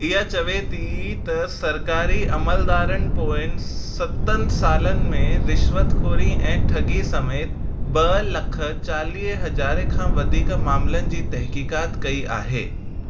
इहा चवे थी त सरकारी अमलदारनि पोंयनि सतनि सालनि में रिश्वत खोरी ऐं ठॻीअ समेत ॿ लख चालीह हज़ारे खां वधीक मामालनि जी तहकीकात कई आहे